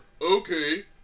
okay